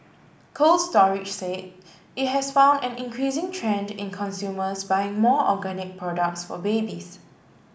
Cold Storage said it has found an increasing trend in consumers buying more organic products for babies